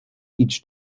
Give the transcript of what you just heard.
each